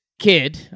kid